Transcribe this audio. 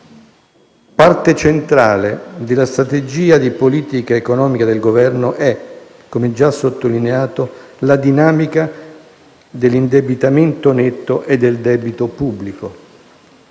Parte centrale della strategia di politica economica del Governo è - come già sottolineato - la dinamica dell'indebitamento netto e del debito pubblico.